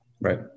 Right